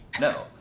no